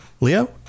Leo